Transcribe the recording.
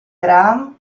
graham